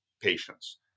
patients